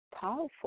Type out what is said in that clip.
powerful